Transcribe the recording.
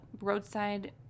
roadside